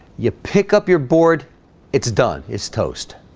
you pick up your board it's done. it's toast